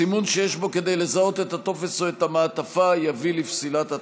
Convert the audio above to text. סימון שיש בו כדי לזהות את הטופס או את המעטפה יביא לפסילת הטופס.